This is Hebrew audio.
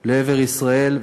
לעבר ישראל.